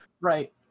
Right